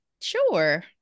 Sure